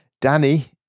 Danny